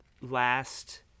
last